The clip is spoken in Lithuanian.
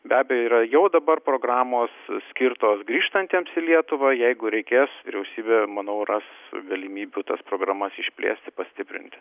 be abejo yra jau dabar programos skirtos grįžtantiems į lietuvą jeigu reikės vyriausybė manau ras galimybių tas programas išplėsti pastiprint